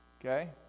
okay